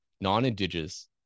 non-Indigenous